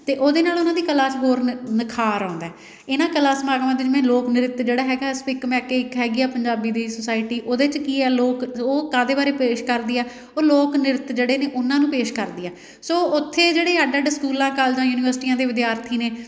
ਅਤੇ ਉਹਦੇ ਨਾਲ ਉਹਨਾਂ ਦੀ ਕਲਾ 'ਚ ਹੋਰ ਨਿ ਨਿਖਾਰ ਆਉਂਦਾ ਇਹਨਾਂ ਕਲਾ ਸਮਾਗਮਾਂ 'ਤੇ ਜਿਵੇਂ ਲੋਕ ਨ੍ਰਿੱਤ ਜਿਹੜਾ ਹੈਗਾ ਸਪਿੱਕ ਮੈਕੇ ਇੱਕ ਹੈਗੀ ਆ ਪੰਜਾਬੀ ਦੀ ਸੋਸਾਇਟੀ ਉਹਦੇ 'ਚ ਕੀ ਹੈ ਲੋਕ ਉਹ ਕਾਹਦੇ ਬਾਰੇ ਪੇਸ਼ ਕਰਦੀ ਹੈ ਉਹ ਲੋਕ ਨ੍ਰਿੱਤ ਜਿਹੜੇ ਨੇ ਉਹਨਾਂ ਨੂੰ ਪੇਸ਼ ਕਰਦੀ ਹੈ ਸੋ ਉੱਥੇ ਜਿਹੜੇ ਅੱਡ ਅੱਡ ਸਕੂਲਾਂ ਕਾਲਜਾਂ ਯੂਨੀਵਰਸਿਟੀਆਂ ਦੇ ਵਿਦਿਆਰਥੀ ਨੇ